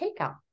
takeout